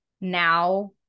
now